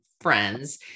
friends